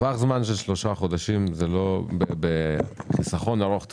טווח זמן של שלושה חודשים זה לא דבר דרמטי בחיסכון ארוך טווח.